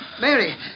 Mary